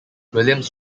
williams